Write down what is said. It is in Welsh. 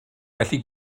felly